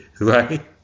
right